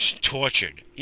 tortured